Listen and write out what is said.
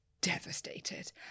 devastated